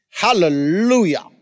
Hallelujah